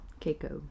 Keiko